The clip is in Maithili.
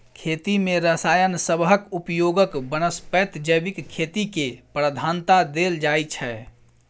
खेती मे रसायन सबहक उपयोगक बनस्पैत जैविक खेती केँ प्रधानता देल जाइ छै